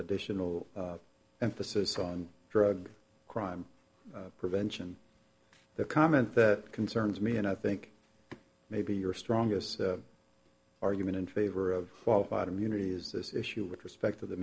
additional emphasis on drug crime prevention that comment that concerns me and i think maybe your strongest argument in favor of qualified immunity is this issue with respect to the